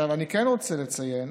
אני כן רוצה לציין